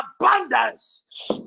abundance